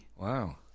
Wow